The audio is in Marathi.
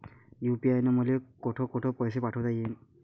यू.पी.आय न मले कोठ कोठ पैसे पाठवता येईन?